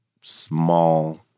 small